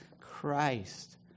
Christ